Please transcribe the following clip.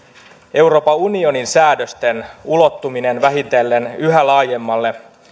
euroopan unionin säädösten ulottuminen vähitellen yhä laajemmalle